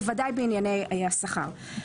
בוודאי בענייני השכר.